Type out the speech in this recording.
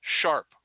sharp